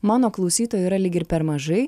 mano klausytojų yra lyg ir per mažai